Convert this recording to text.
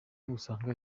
gusanga